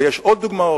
ויש עוד דוגמאות,